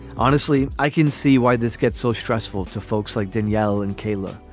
honestly, i can see why this gets so stressful to folks like danielle and kayla.